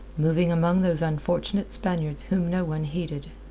moving among those unfortunate spaniards whom no one heeded.